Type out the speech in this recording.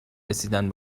رسیدن